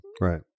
Right